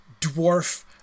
dwarf